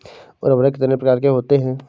उर्वरक कितने प्रकार के होते हैं?